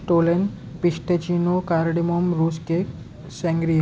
stolen pistachino cardamom rose cake sangria